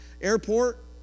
airport